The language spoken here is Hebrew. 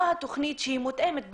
מה התכנית שמותאמת לשם.